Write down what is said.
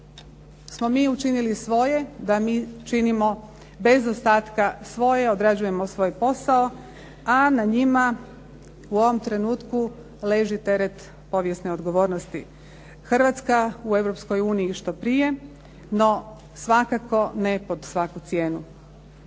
smo mi učinili svoje, da mi činimo bez ostatka svoje, odrađujemo svoj posao, a na njima u ovom trenutku leži teret povijesne odgovornosti. Hrvatska u Europskoj uniji što prije, no svakako ne pod svaku cijenu.